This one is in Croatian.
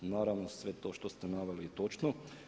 Naravno sve to što ste naveli je točno.